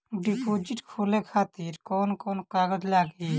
Deposit खोले खातिर कौन कौन कागज लागी?